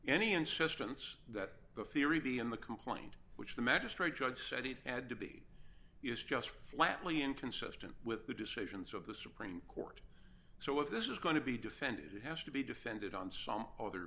any insistence that the theory be in the complaint which the magistrate judge said it had to be is just flatly inconsistent with the decisions of the supreme court so if this is going to be defended it has to be defended on some other